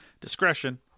Discretion